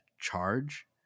charge